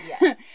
Yes